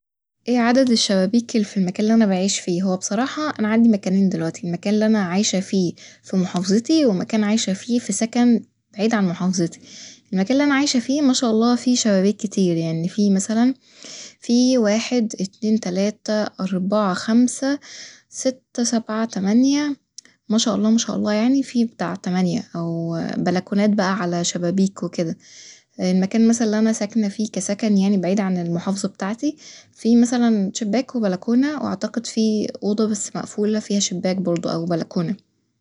اي عدد الشبابيك الل ف المكان الل أنا بعيش فيه ، هو بصراحة أنا عندي مكانين دلوقتي ، المكان اللي أنا عايشة فيه ف محافظتي ومكان عايشة فيه ف سكن بعيد عن محافظتي ، المكان اللي انا عايشه فيه ما شاء الله في شبابيك كتير يعني في مثلا في واحد اتنين تلاتة أربعة خمسة ستة سبعة تمانية ما شاء الله ما شاء الله يعني في بتاع تمانية أو بلكونات بقى على شبابيك وكده المكان مثلا اللي أنا ساكنه كسكن يعني بعيد عن المحافظة بتاعتي فيه مثلا شباك وبلكونة واعتقد في اوضة بس مقفولة فيها شباك برضو أو بلكونة